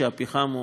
שהפחם הוא